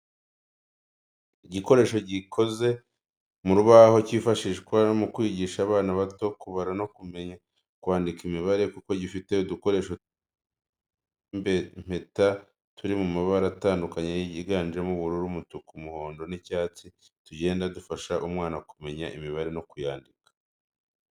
Igikoresho gikoze mu rubaho cyifashishwa mu kwigisha abana bato kubara no kumenya kwandika imibare, kuko gifite udukoresho tumeze nk'impeta turi mu mabara atandukanye yiganjemo ubururu, umutuku, umuhondo n'icyatsi tugenda dufasha umwana kumenya imibare no kuyandika.